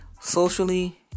Socially